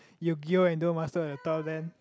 Yu-Gi-Oh and duel-masters on top of that